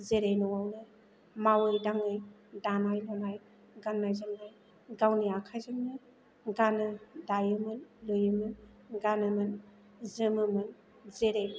जेरै न'आवनो मावै दाङै दानाय लुनाय गान्नाय जोमनाय गावनि आखाइजोंनो गानो दायोमोन लुयोमोन गानोमोन जोमोमोन जेरै